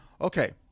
Okay